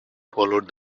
followed